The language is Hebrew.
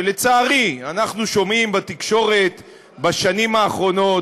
שלצערי אנחנו שומעים בתקשורת בשנים האחרונות,